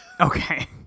Okay